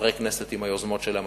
וחברי הכנסת עם היוזמות שלהם,